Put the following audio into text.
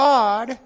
God